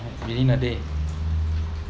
within a day